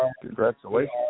congratulations